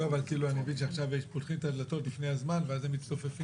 אבל אני מבין שעכשיו פותחים את הדלתות לפני הזמן ואז הם מצטופפים.